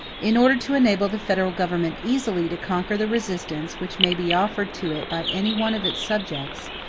in order to enable the federal government easily to conquer the resistance which may be offered to it by any one of its subjects,